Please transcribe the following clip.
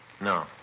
No